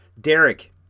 Derek